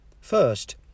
First